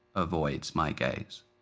avoids my gaze.